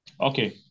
Okay